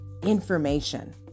information